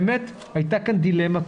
באמת הייתה כאן דילמה,